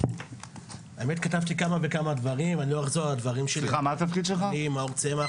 אני מאור צמח,